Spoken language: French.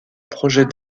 projet